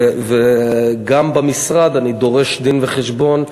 וגם במשרד אני דורש דין-וחשבון,